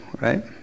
right